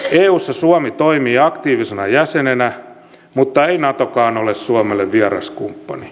eussa suomi toimii aktiivisena jäsenenä mutta ei natokaan ole suomelle vieras kumppani